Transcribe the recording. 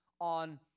on